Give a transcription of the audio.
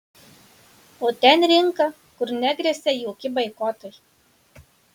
o ten rinka kur negresia jokie boikotai